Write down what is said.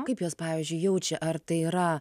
kaip jos pavyzdžiui jaučia ar tai yra